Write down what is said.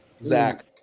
Zach